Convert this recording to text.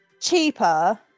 cheaper